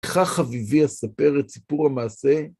איכה חביבי אספר את סיפור המעשה?